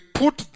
put